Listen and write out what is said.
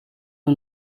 who